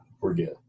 forget